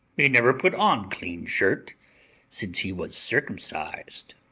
he never put on clean shirt since he was circumcised.